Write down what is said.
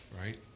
Right